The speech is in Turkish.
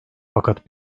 fakat